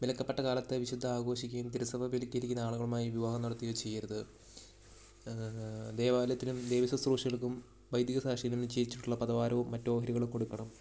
വിലക്കപ്പെട്ട കാലത്ത് വിശുദ്ധ ആഘോഷിക്കുകയും തിരു സഭ വിലക്കിയിരിക്കുന്ന ആളുകളുമായി വിവാഹം നടത്തുകയോ ചെയ്യരുത് ദേവാലയത്തിനും ദൈവ ശുശ്രൂഷകൾക്കും വൈദ്യക സാക്ഷ്യം ചെയ്യിച്ചിട്ടുള്ള പതവാരവും മറ്റ് ഓഹരികളും കൊടുക്കണം